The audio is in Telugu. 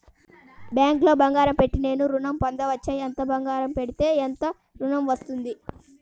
బ్యాంక్లో బంగారం పెట్టి నేను ఋణం పొందవచ్చా? ఎంత బంగారం పెడితే ఎంత ఋణం వస్తుంది?